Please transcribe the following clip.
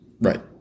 right